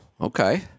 okay